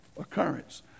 occurrence